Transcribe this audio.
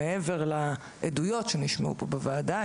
מעבר לעדויות שנשמעו פה בוועדה,